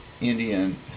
Indian